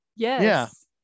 Yes